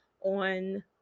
on